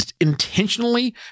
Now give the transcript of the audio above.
intentionally